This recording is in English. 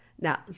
Now